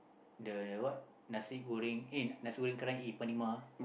the the what nasi-goreng nasi-goreng-kerang eat at Panema